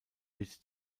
wird